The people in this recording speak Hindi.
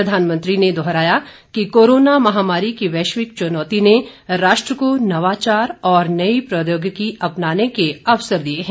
प्रधानमंत्री ने दोहराया कि कोरोना महामारी की वैश्विक चुनौती ने राष्ट्र को नवाचार और नई प्रौद्योगिकी अपनाने के अवसर दिए हैं